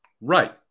Right